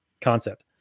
concept